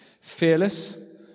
fearless